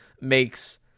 makes